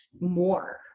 more